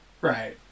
Right